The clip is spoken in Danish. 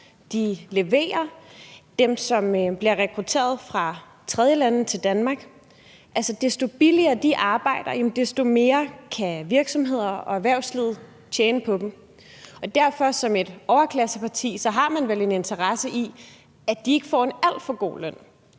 de leverer – dem, som bliver rekrutteret fra tredjelande til Danmark – altså desto billigere de arbejder, desto mere kan virksomheder og erhvervslivet tjene på dem. Og derfor har man vel som et overklasseparti en interesse i, at de ikke får en alt for god løn;